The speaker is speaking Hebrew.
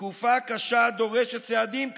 תקופה קשה דורשת צעדים קשים,